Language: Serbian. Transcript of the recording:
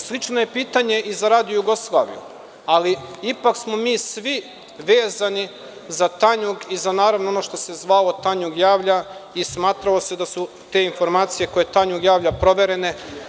Slično je pitanje i za Radio Jugoslaviju, ali ipak smo mi svi vezani za Tanjug i, naravno, za ono što se zvalo „Tanjug javlja“ i smatralo se da su te informacije koje Tanjug javlja proverene.